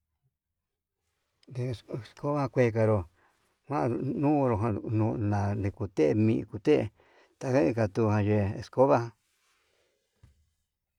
nde escoba kuekanró njuan nonro ján nola ndekute ni kuete ta jan inka tuu naye'e escoba.